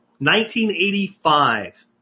1985